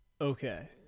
Okay